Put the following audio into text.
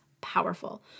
powerful